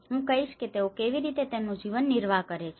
હું કહીશ કે તેઓ કેવી રીતે તેમનું જીવનનિર્વાહ કરે છે